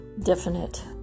definite